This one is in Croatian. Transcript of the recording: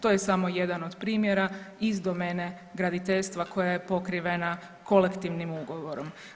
To je samo jedan od primjera iz domene graditeljstva koja je pokrivena kolektivnim ugovorom.